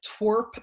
twerp